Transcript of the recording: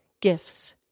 Gifts